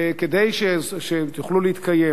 כדי שהן יוכלו להתקיים.